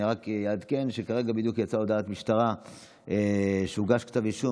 אני רק אעדכן שכרגע בדיוק יצאה הודעת משטרה שהוגש כתב אישום